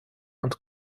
und